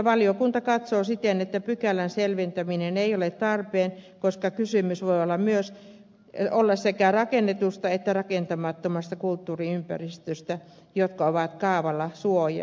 valiokunta katsoo siten että pykälän selventäminen ei ole tarpeen koska kysymys voi olla sekä rakennetusta että rakentamattomasta kulttuuriympäristöstä jotka on kaavalla suojeltu